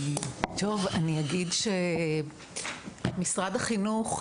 אני אגיד שאני ממשרד החינוך,